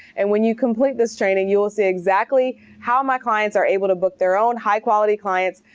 and when you complete this training, you will see exactly how my clients are able to book their own high quality clients.